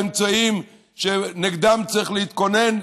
באמצעים שנגדם צריך להתכונן,